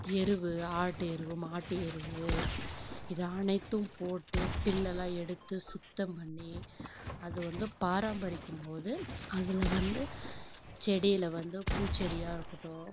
எரு ஆட்டு எரு மாட்டு எரு இது அனைத்தும் போட்டு பில்லலாம் எடுத்து சுத்தம் பண்ணி அது வந்து பாரம்பரிக்கும்போது அதில் வந்து செடியில் வந்து பூச்செடியாக இருக்கட்டும்